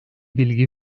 bilgi